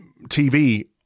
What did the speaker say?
TV